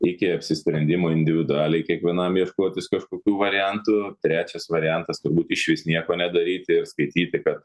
iki apsisprendimo individualiai kiekvienam ieškotis kažkokių variantų trečias variantas turbūt išvis nieko nedaryti ir skaityti kad